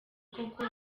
koko